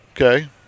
Okay